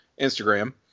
Instagram